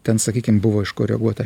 ten sakykim buvo koreguota